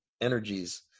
energies